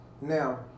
Now